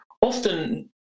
often